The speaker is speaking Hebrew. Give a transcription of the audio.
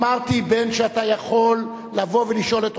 אמרתי בין שאתה יכול לבוא ולשאול את